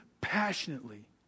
passionately